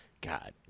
God